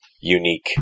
unique